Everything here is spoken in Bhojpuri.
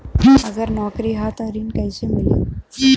अगर नौकरी ह त ऋण कैसे मिली?